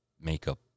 makeup